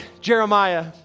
Jeremiah